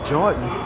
Jordan